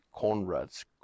Conrad's